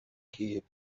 cape